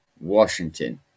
Washington